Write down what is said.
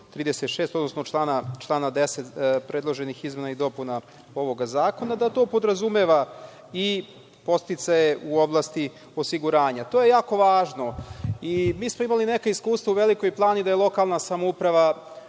36, odnosno člana 10. predloženih izmena i dopuna ovoga zakona, da to podrazumeva i podsticaje u oblasti osiguranja. To je jako važno. Mi smo imali neka iskustva u Velikoj Plani da je lokalna samouprava